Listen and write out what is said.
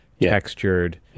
textured